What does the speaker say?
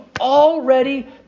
already